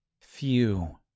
Few